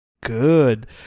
Good